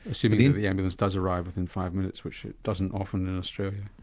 assuming that the ambulance does arrive within five minutes, which it doesn't often in australia.